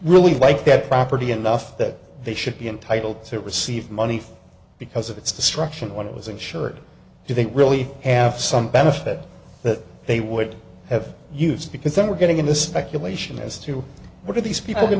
really like that property enough that they should be entitled to receive money because of its destruction when it was insured do they really have some benefit that they would have used because then we're getting into speculation as to what are these people